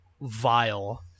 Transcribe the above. vile